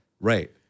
right